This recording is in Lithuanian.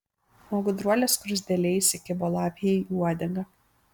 o gudruolė skruzdėlė įsikibo lapei į uodegą